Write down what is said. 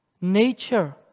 nature